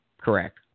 Correct